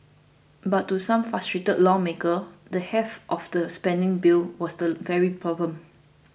but to some frustrated lawmakers the heft of the spending bill was the very problem